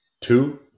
two